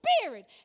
spirit